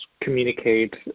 communicate